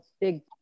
big